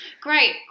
great